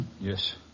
Yes